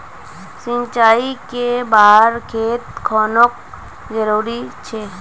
सिंचाई कै बार खेत खानोक जरुरी छै?